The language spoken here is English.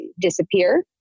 disappear